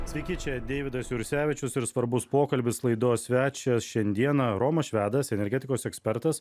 sveiki čia deividas jursevičius ir svarbus pokalbis laidos svečias šiandieną romas švedas energetikos ekspertas